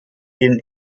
den